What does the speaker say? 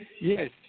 Yes